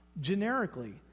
Generically